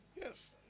Yes